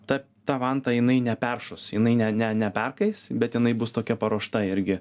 ta ta vanta jinai neperšus jinai ne ne neperkais bet jinai bus tokia paruošta irgi